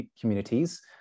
communities